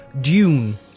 Dune